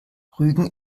rügen